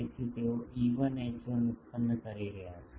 તેથી તેઓ E1 અને H1 ઉત્પન્ન કરી રહ્યા છે